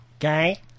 Okay